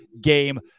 game